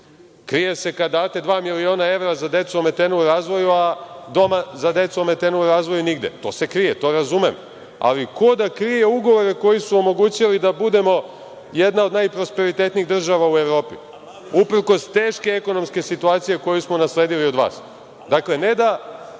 Krije se kada date dva miliona evra za decu ometenu u razvoju, a doma za decu ometenu u razvoju nigde. To se krije. To razumem. Ko da krije ugovore koji su omogućili da budemo jedna od najprosperitetnijih država u Evropi uprkos teškoj ekonomskoj situaciji koju smo nasledili od vas? Dakle, ne da